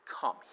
Come